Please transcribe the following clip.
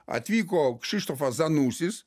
atvyko kšištofas zanusis